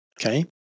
Okay